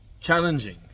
challenging